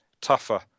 tougher